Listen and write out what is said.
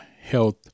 health